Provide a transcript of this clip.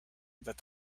that